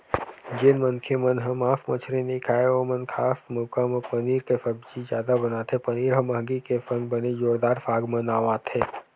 जेन मनखे मन ह मांस मछरी नइ खाय ओमन खास मउका म पनीर के सब्जी जादा बनाथे पनीर ह मंहगी के संग बने जोरदार साग म नांव आथे